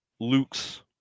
luke's